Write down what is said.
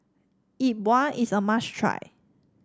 Yi Bua is a must try